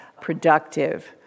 productive